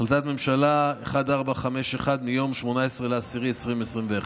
החלטת ממשלה 1451 מיום 18 באוקטובר 2021,